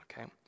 okay